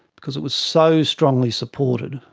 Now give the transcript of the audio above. because it was so strongly supported,